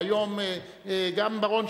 והיום גם בר-און,